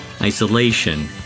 isolation